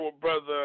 brother